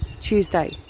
Tuesday